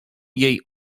jej